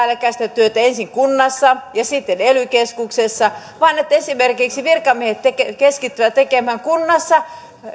päällekkäistä työtä ensin kunnassa ja sitten ely keskuksessa vaan esimerkiksi virkamiehet keskittyvät tekemään kunnassa kerralla